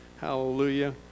Hallelujah